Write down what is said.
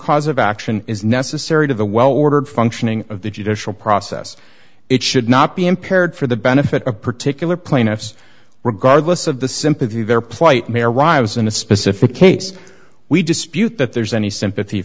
cause of action is necessary to the well ordered functioning of the judicial process it should not be impaired for the benefit of particular plaintiffs regardless of the sympathy their plight may arrives in a specific case we dispute that there's any sympathy